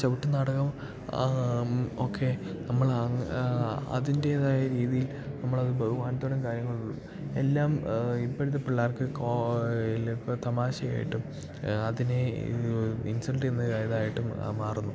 ചവിട്ട് നാടകം ഒക്കെ നമ്മൾ അതിൻ്റെതായ രീതിയിൽ നമ്മളത് ബഹുമാനത്തോടെയും കാര്യങ്ങൾ എല്ലാം ഇപ്പോഴത്തെ പിള്ളേർക്ക് ഇല്ല തമാശയായിട്ടും അതിനെ ഇൻസൾട്ട് ചെയ്യുന്നതതായിട്ടും മാറുന്നു